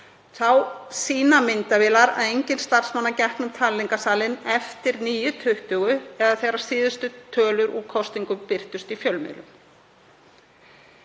Þá sýna myndavélar að enginn starfsmanna gekk um talningarsalinn eftir 9.20 eða þegar síðustu tölur úr kosningum birtust í fjölmiðlum.